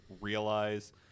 realize